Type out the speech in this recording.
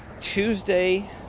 Tuesday